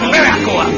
Miracle